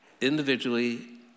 individually